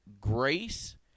grace